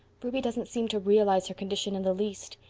ruby doesn't seem to realize her condition in the least.